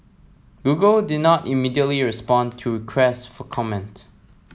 Google did not immediately respond to requests for comment